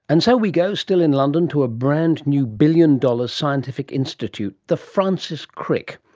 and so we go, still in london, to a brand-new billion-dollar scientific institute, the francis crick.